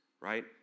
right